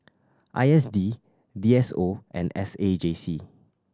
I S D D S O and S A J C